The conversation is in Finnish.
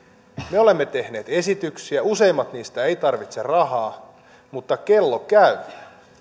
me olemme tehneet esityksiä useimmat niistä eivät tarvitse rahaa mutta kello käy